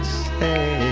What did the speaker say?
say